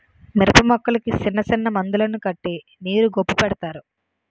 మిరపమొక్కలకి సిన్నసిన్న మందులను కట్టి నీరు గొప్పు పెడతారు